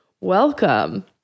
Welcome